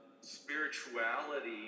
spirituality